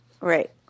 Right